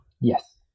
Yes